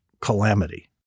calamity